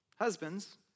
Husbands